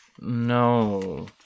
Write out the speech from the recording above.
No